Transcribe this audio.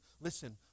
Listen